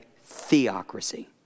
theocracy